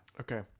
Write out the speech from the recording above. Okay